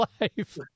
life